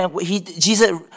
Jesus